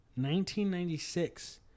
1996